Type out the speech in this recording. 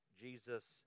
Jesus